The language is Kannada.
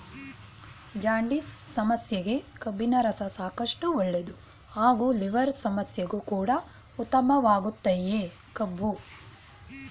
ಜಾಂಡಿಸ್ ಸಮಸ್ಯೆಗೆ ಕಬ್ಬಿನರಸ ಸಾಕಷ್ಟು ಒಳ್ಳೇದು ಹಾಗೂ ಲಿವರ್ ಸಮಸ್ಯೆಗು ಕೂಡ ಉತ್ತಮವಾಗಯ್ತೆ ಕಬ್ಬು